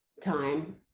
time